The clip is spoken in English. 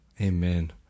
Amen